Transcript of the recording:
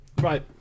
Right